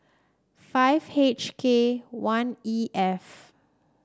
five H K one E F